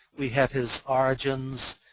we have his origins,